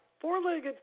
four-legged